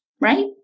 right